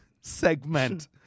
segment